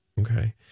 okay